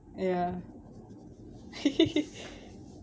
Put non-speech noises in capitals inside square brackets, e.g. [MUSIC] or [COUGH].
ya [LAUGHS]